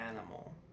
animal